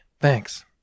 thanks